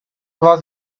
was